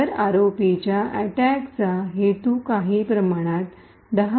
तर आरओपीच्या अटैक चा हेतू काही प्रमाणात 10